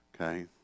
Okay